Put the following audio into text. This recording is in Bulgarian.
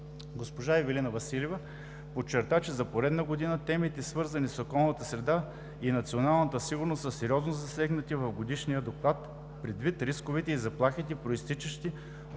Госпожа Ивелина Василева подчерта, че за поредна година темите, свързани с околната среда и националната сигурност, са сериозно засегнати в Годишния доклад предвид рисковете и заплахите, произтичащи от